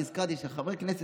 אחר כך נזכרתי שחברי כנסת,